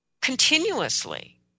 continuously